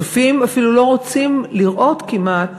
צופים אפילו לא רוצים לראות כמעט